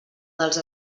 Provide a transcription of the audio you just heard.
dels